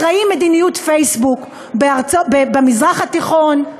אחראי מדיניות פייסבוק במזרח התיכון,